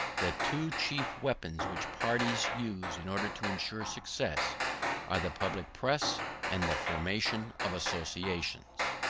the two chief weapons which parties use in order to ensure success are the public press and the formation of associations.